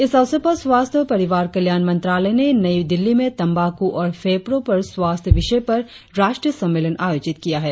इस अवसर पर स्वास्थ्य और परिवार कल्याण मंत्रालय ने नई दिल्ली में तंबाकू और फेफड़ों का स्वास्थ्य विषय पर राष्ट्रीय सम्मेलन आयोजित किया है